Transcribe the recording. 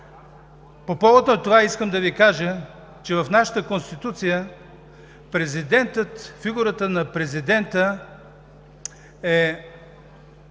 По повод на това искам да Ви кажа, че в нашата Конституция фигурата на президента е